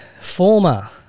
former